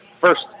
first